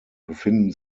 befinden